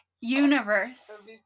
universe